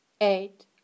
eight